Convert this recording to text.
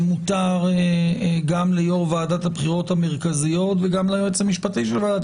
מותר גם ליו"ר ועדת הבחירות המרכזיות וגם ליועץ המשפטי של ועדת